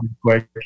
quick